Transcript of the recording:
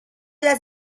las